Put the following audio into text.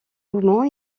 mouvement